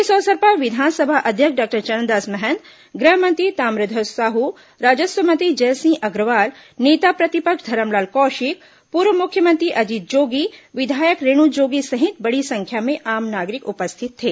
इस अवसर पर विधानसभा अध्यक्ष डॉक्टर चरणदास महंत गृह मंत्री ताम्रध्वज साहू राजस्व मंत्री जयसिंह अग्रवाल नेता प्रतिपक्ष धरमलाल कौशिक पूर्व मुख्यमंत्री अजीत जोगी विधायक रेणु जोगी सहित बड़ी संख्या में आम नागरिक उपस्थित थे